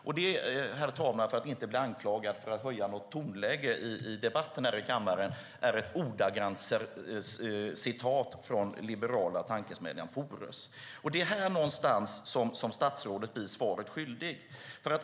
Det är, herr talman, för att inte bli anklagad för att höja tonläget i debatten här i kammaren, ett ordagrant citat från den liberala tankesmedjan Fores. Det är här någonstans som statsrådet blir svaret skyldig.